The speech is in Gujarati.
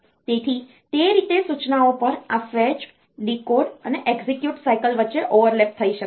તેથી તે રીતે સૂચનાઓ પર આ ફેચ ડીકોડ અને એક્ઝિક્યુટ સાયકલ વચ્ચે ઓવરલેપ થઈ શકે છે